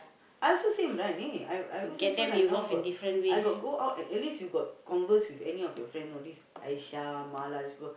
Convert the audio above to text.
I also same lah I I ever since when I now got I got go out at at least you got converse with any of your friends know this Aisha